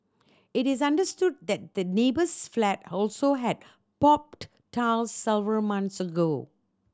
it is understood that the neighbour's flat also had popped tiles several months ago